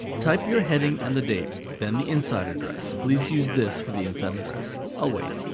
type your heading and the date, then the inside address. please use this for the inside address. i'll wait.